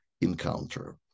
encounter